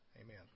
Amen